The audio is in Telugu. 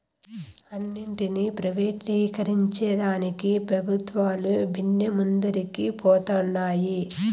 అన్నింటినీ ప్రైవేటీకరించేదానికి పెబుత్వాలు బిన్నే ముందరికి పోతన్నాయి